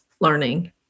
learning